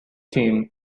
team